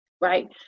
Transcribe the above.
Right